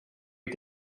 die